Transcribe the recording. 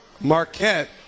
Marquette